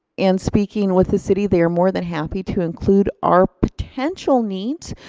and speaking with the city they are more than happy to include our potential needs.